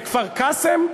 בכפר-קאסם.